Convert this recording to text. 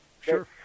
Sure